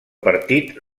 partit